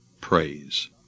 praise